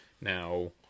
Now